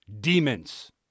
demons